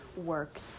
work